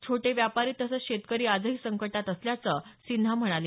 छोटे व्यापारी तसंच शेतकरी आजही संकटात असल्याचं सिन्हा म्हणाले